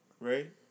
right